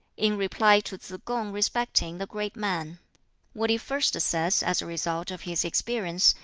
in reply to tsz-kung respecting the great man what he first says, as a result of his experience,